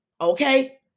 Okay